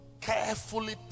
carefully